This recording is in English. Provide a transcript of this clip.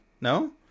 No